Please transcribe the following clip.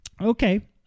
okay